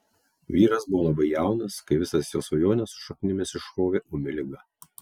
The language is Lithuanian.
vyras buvo labai jaunas kai visas jo svajones su šaknimis išrovė ūmi liga